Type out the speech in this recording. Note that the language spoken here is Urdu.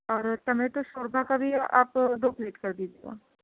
اور ٹمیٹو شوربا کا بھی آپ دو پلیٹ کر دیجیے گا